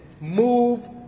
move